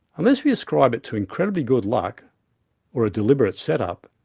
unless we ascribe it to incredibly good luck or a deliberate setup,